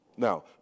Now